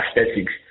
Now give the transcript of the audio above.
aesthetics